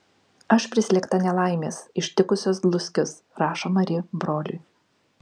aš prislėgta nelaimės ištikusios dluskius rašo mari broliui